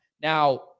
Now